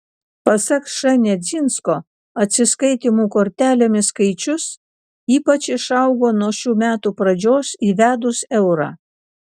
pasak š nedzinsko atsiskaitymų kortelėmis skaičius ypač išaugo nuo šių metų pradžios įvedus eurą